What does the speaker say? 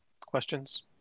questions